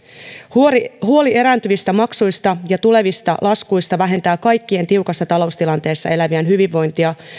huoli huoli erääntyvistä maksuista ja tulevista laskuista vähentää kaikkien tiukassa taloustilanteessa elävien hyvinvointia